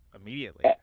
immediately